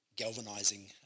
galvanizing